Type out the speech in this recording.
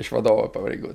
iš vadovo pareigų